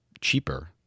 cheaper